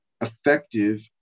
effective